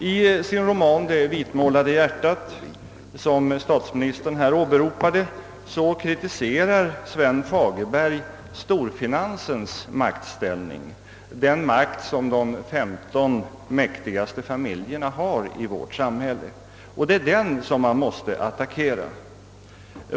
I sin roman »Det vitmålade hjärtat», som statsministern här åberopade, kritiserar Sven Fagerberg storfinansens maktställning, den makt som de femton mäktigaste familjerna har i vårt samhälle. Det är den som man måste attackera.